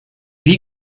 wie